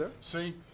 see